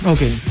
Okay